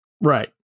Right